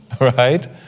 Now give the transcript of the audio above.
right